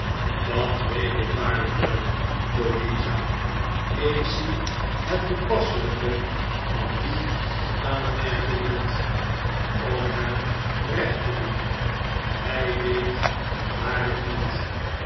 dat weet ik waarlijk wel louisa ik zie het toepasselijke van die aanmerking niet om hem recht te doen hij deed het waarlijk niet